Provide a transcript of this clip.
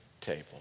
table